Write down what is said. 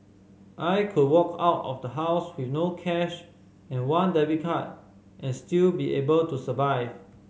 I could walk out of the house with no cash and one debit card and still be able to survive